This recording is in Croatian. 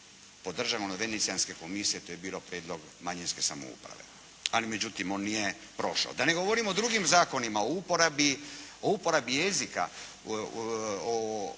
razumije./… venecijanske komisije, to je bio prijedlog manjinske samouprave. Ali međutim, on nije prošao. Da ne govorim o drugim zakonima o uporabi jezika,